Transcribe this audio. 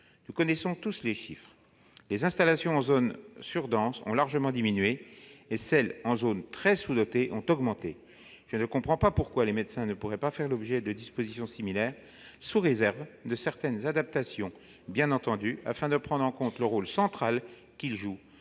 Nous connaissons tous les chiffres : les installations en zones surdenses ont largement diminué et celles qui concernent des zones très sous-dotées ont augmenté. Je ne comprends pas pourquoi les médecins ne pourraient pas faire l'objet de dispositions similaires, sous réserve de certaines adaptations, bien entendu, afin de prendre en compte le rôle central qu'ils jouent